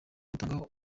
gutanga